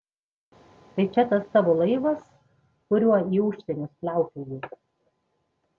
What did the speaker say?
tai čia tas tavo laivas kuriuo į užsienius plaukioji